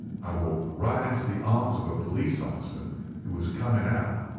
i walked right into the arms of a police-officer who was coming out,